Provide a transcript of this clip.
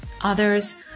Others